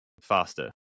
faster